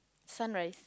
sunrise